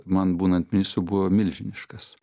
man būnant ministru buvo milžiniškas